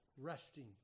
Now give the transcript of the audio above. resting